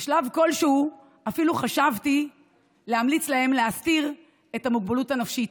בשלב כלשהו אפילו חשבתי להמליץ להם להסתיר את המוגבלות הנפשית,